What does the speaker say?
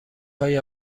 های